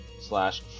slash